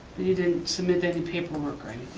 but you didn't submit any paperwork, right?